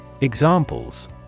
Examples